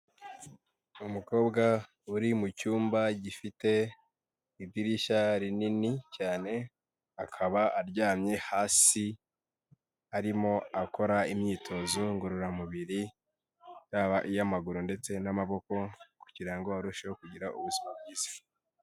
Umukobwa uri mu cyumba gifite idirishya rinini cyane, akaba aryamye hasi arimo akora imyitozo ngororamubiri yaba iy'amaguru ndetse n'amaboko kugira ngo arusheho kugira ubuzima bwiza.